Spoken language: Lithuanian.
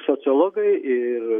sociologai ir